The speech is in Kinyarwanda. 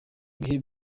ibihe